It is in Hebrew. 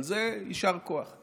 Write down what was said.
על זה יישר כוח.